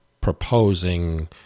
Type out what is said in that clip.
proposing